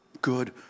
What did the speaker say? good